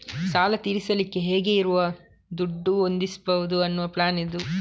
ಸಾಲ ತೀರಿಸಲಿಕ್ಕೆ ಹೇಗೆ ಇರುವ ದುಡ್ಡು ಹೊಂದಿಸ್ಬಹುದು ಅನ್ನುವ ಪ್ಲಾನ್ ಇದು